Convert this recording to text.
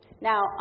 Now